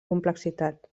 complexitat